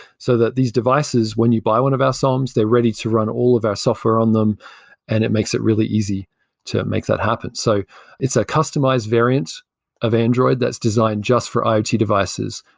so that these devices when you buy one of our soms, they're ready to run all of our software on them and it makes it really easy to make that happen so it's a customized variant of android that's designed just for iot devices,